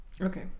Okay